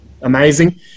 amazing